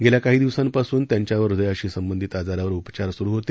गेल्या काही दिवसांपासून त्यांच्यावर हृदयाशी संबंधित आजारावर उपचार सुरू होते